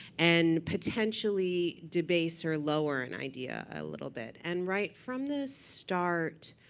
and potentially debase or lower an idea a little bit. and right from the start,